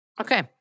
Okay